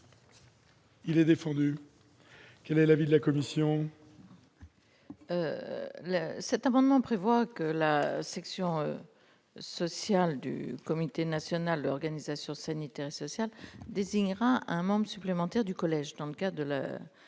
Il est défendu. Quel est l'avis de la commission ?